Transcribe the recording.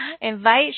invite